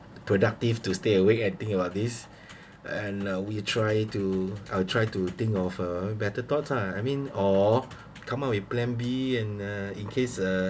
productive to stay awake and think about this and uh we try to I'll try to think of a better thoughts ah I mean or come up with plan B and uh in case uh